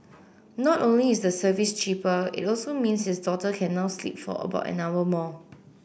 not only is the service cheaper it also means his daughter can now sleep for about an hour more